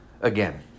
again